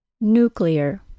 Nuclear